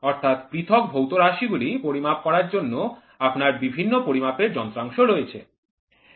অর্থাৎ পৃথক ভৌত রাশিগুলি পরিমাপ করার জন্য আপনার বিভিন্ন পরিমাপের যন্ত্রাংশ রয়েছে